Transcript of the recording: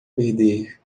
perder